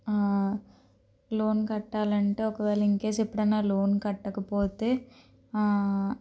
loan కట్టాలి అంటే ఒకవేళ ఇన్కేస్ ఎప్పుడన్నా లోన్ కట్టకపోతే